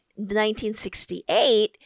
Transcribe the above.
1968